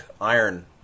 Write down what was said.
iron